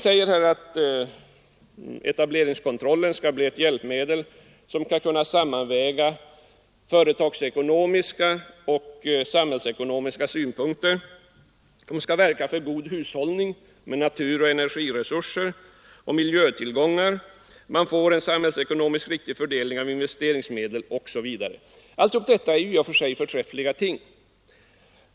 Motionärerna anför att etableringskontrollen skall bli ett hjälpmedel för avvägning av företagsekonomiska och samhällsekonomiska synpunkter; den skall medverka till god hushållning med naturoch energiresurser och miljötillgångar; man får med hjälp av etableringskontrollen en samhällsekonomiskt riktig fördelning av investeringsmedel osv. Allt detta är i och för sig förträffliga ting.